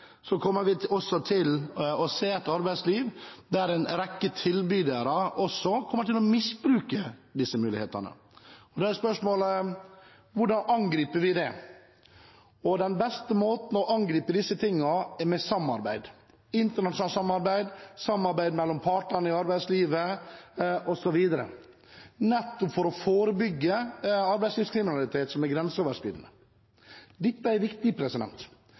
kommer vi til å se et arbeidsliv der en rekke tilbydere kommer til å misbruke disse mulighetene. Da er spørsmålet: Hvordan angriper vi det? Den beste måten å angripe dette på er med samarbeid – internasjonalt samarbeid, samarbeid mellom partene i arbeidslivet osv. – nettopp for å forebygge arbeidslivskriminalitet som er grenseoverskridende. Dette er viktig,